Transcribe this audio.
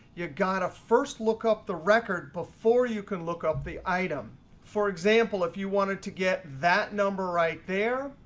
you got to first look up the record before you can look up the item for example, if you wanted to get that number right there,